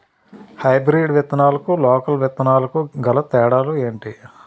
Hybrid విత్తనాలకు local విత్తనాలకు గల తేడాలు ఏంటి?